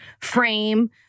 Frame